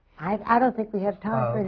i don't think we have time